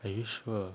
are you sure